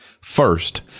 First